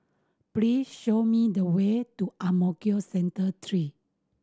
please show me the way to Ang Mo Kio Central Three